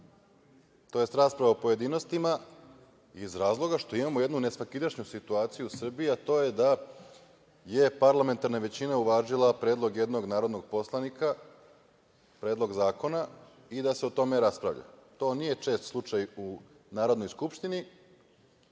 tj. rasprava o pojedinostima, iz razloga što imamo jednu nesvakidašnju situaciju u Srbiji, a to je da je parlamentarna većina uvažila predlog jednog narodnog poslanika, predlog zakona, i da se o tome raspravlja. To nije čest slučaj u Narodnoj skupštini. Kao